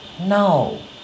No